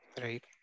Right